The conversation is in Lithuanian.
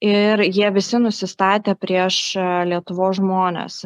ir jie visi nusistatę prieš lietuvos žmones